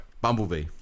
Bumblebee